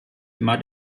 immer